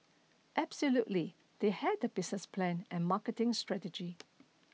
absolutely they had a business plan and marketing strategy